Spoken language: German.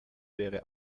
wäre